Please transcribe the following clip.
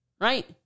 Right